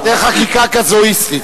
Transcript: זאת חקיקה קזואיסטית,